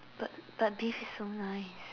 but but beef is so nice